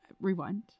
rewind